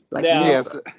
yes